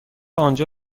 آنجا